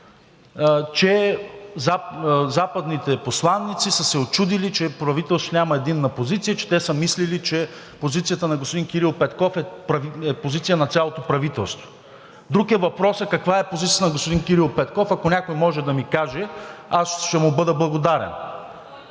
че западните посланици са се учудили, че правителството няма единна позиция и те са мислели, че позицията на господин Кирил Петков е позицията на цялото правителство. Друг е въпросът каква е позицията на господин Кирил Петков. Ако някой може да ми каже, аз ще му бъда благодарен,